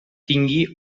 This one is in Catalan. tingui